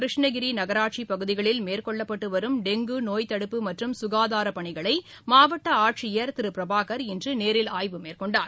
கிருஷ்ணகிரி நகராட்சிப் பகுதிகளில் மேற்கொள்ளப்பட்டு வரும் டெங்கு நோய் தடுப்பு மற்றும் சுகாதாரப் பணிகளை மாவட்ட ஆட்சியர் திரு பிரபாகர் இன்று நேரில் ஆய்வு மேற்கொண்டார்